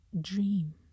dream